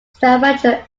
stavanger